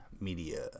Media